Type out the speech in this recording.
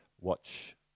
watch